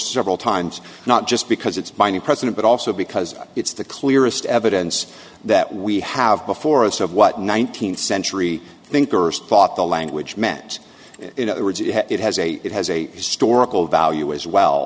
several times not just because it's by a new president but also because it's the clearest evidence that we have before us of what nineteenth century thinkers thought the language met in other words it has a it has a historical value as well